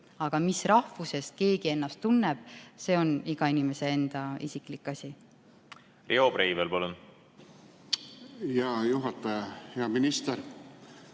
Aga mis rahvusesse kuuluvana keegi ennast tunneb, see on iga inimese enda isiklik asi.